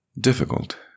difficult